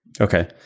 Okay